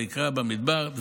ויקרא ובמדבר.